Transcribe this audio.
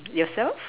yourself